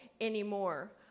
anymore